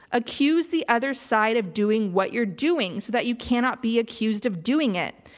accuse the other side of doing what you're doing so that you cannot be accused of doing it.